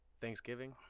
Thanksgiving